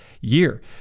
year